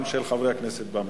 גם של חברי הכנסת במליאה.